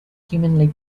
humanly